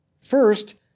First